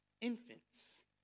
infants